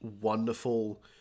wonderful